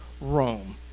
Rome